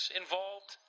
involved